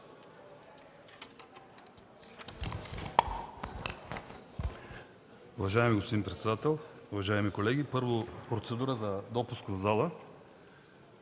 Уважаеми господин председател, уважаеми колеги, първо, процедура за допускане в залата